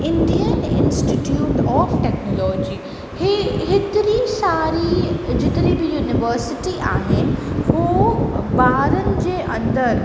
Indian Institute of Technology हे हे हेतिरी सारी जेतिरियूं बि यूनिवर्सिटी आहिनि हो ॿारनि जे अंदरि